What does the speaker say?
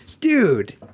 Dude